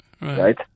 right